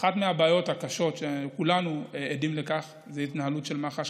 שאחת מהבעיות הקשות שכולנו עדים לה היא ההתנהלות של מח"ש,